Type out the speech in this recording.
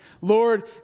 Lord